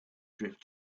drift